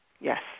Yes